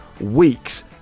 weeks